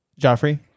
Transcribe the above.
Joffrey